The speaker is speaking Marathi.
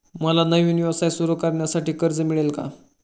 मला नवीन व्यवसाय सुरू करण्यासाठी कर्ज मिळेल का?